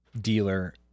dealer